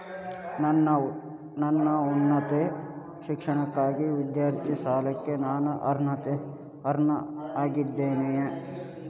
ನನ್ನ ಉನ್ನತ ಶಿಕ್ಷಣಕ್ಕಾಗಿ ವಿದ್ಯಾರ್ಥಿ ಸಾಲಕ್ಕೆ ನಾನು ಅರ್ಹನಾಗಿದ್ದೇನೆಯೇ?